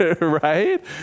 right